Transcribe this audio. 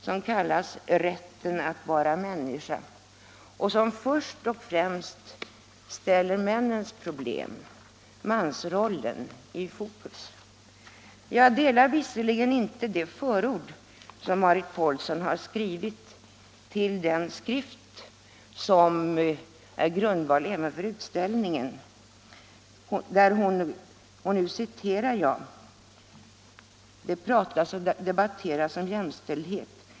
Den kallas Rätten att vara människa, och den ställer först och främst männens problem — mansrollen i fokus. Jag delar inte den uppfattning som framgår av det förord som Marit Paulsen skrivit till den skrift som är grundvalen även för utställningen. Där skriver hon: Det pratas och debatteras om jämställdhet.